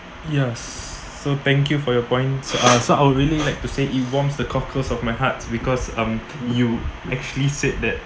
yes so thank you for your point so uh so I would really like to say it warms the cockles of my heart because um you actually said that